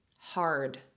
hard